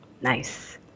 Nice